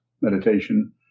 meditation